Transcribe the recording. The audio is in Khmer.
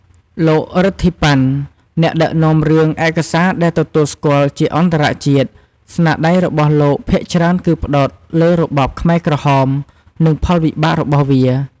លោក រិទ្ធី ប៉ាន់ អ្នកដឹកនាំរឿងឯកសារដែលទទួលស្គាល់ជាអន្តរជាតិ ស្នាដៃរបស់លោកភាគច្រើនផ្តោតលើរបបខ្មែរក្រហម និងផលវិបាករបស់វា។